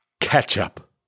ketchup